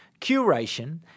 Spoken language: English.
curation